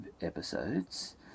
episodes